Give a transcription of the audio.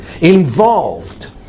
involved